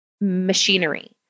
machinery